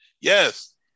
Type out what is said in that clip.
Yes